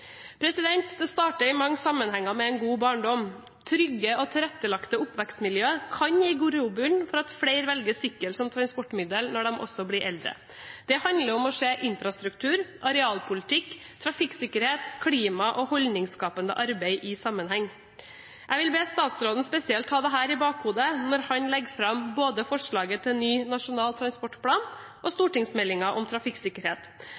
Det starter i mange sammenhenger med en god barndom. Trygge og tilrettelagte oppvekstmiljøer kan gi grobunn for at flere velger sykkel som transportmiddel når de blir eldre. Det handler om å se infrastruktur, arealpolitikk, trafikksikkerhet, klima og holdningsskapende arbeid i sammenheng. Jeg vil be statsråden spesielt ha dette i bakhodet når han legger fram både forslaget til ny Nasjonal transportplan og stortingsmeldingen om trafikksikkerhet.